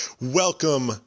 Welcome